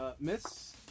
Miss